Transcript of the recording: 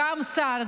גם שר,